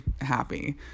happy